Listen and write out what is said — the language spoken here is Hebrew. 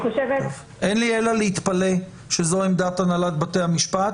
אין לי אלא להתפלא שזו עמדת הנהלת בתי המשפט,